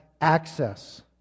access